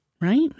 Right